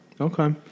Okay